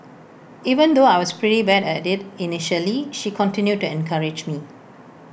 even though I was pretty bad at IT initially she continued to encourage me